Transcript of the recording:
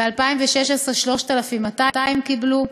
ב-2016, 3,200 קיבלו.